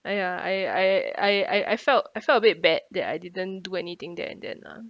!aiya! I I I I I felt I felt a bit bad that I didn't do anything there and then lah